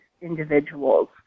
individuals